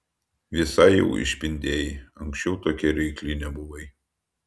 visai jau išpindėjai anksčiau tokia reikli nebuvai